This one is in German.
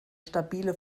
stabile